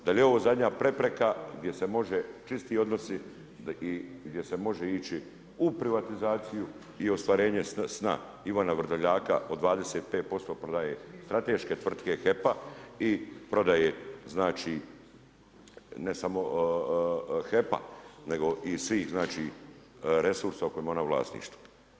Da li je ovo zadnja prepreka gdje se može čisti odnosi i gdje se može ići u privatizaciju i ostvarenje sna Ivana Vrdoljaka od 25% prodaje strateške tvrtke HEP-a i prodaje znači ne samo HEP-a nego i svih znači resursa u kojima je ona u vlasništvu.